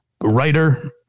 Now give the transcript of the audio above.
writer